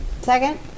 second